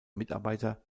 mitarbeiter